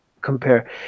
compare